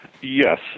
Yes